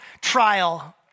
trial